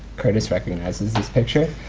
curtis recognzies this picture.